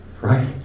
right